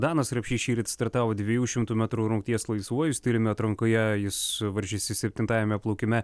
danas rapšys šįryt startavo dviejų šimtų metrų rungties laisvuoju stiliumi atrankoje jis varžėsi septintajame plaukime